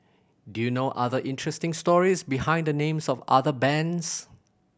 do you know other interesting stories behind the names of other bands